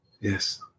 Yes